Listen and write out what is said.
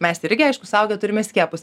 mes irgi aišku suaugę turime skiepus